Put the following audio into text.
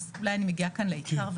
אולי אני מגיעה כאן לעיקר.